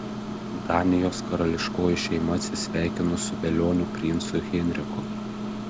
danijos karališkoji šeima atsisveikino su velioniu princu henriku